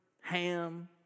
ham